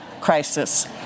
crisis